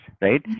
right